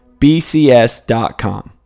bcs.com